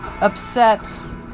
upset